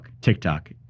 TikTok